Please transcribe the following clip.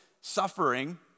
suffering